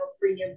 freedom